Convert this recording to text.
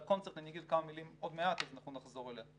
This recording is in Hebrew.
על 'קונצרט' אני אגיד כמה מילים עוד מעט אז אנחנו נחזור אליה.